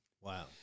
Wow